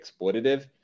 exploitative